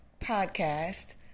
podcast